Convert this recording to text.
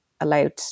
allowed